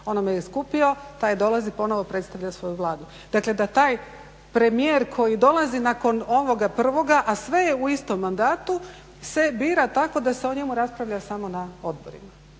on daje mandat … taj dolazi ponovno i predstavlja svoju Vladu. Dakle, da taj premijer koji dolazi nakon ovoga prvoga a sve je u istom mandatu se bira tako da se o njemu raspravlja samo na odborima